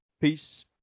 peace